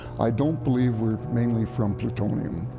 i don't believe were mainly from plutonium.